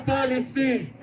Palestine